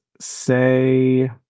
say